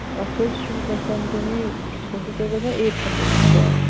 اَتھ حظ چھُو گژھان تۄہہِ یِتھٕ کٔنۍ چھُو تۄہہِ گژھان ایٹ ہَنٛڈرَنٛڈ چارٕج